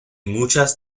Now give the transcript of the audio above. muchas